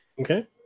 Okay